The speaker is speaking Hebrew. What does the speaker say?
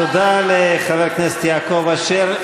תודה לחבר הכנסת יעקב אשר.